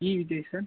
இ Vijay sir